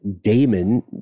Damon